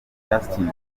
justin